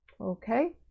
okay